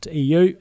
.eu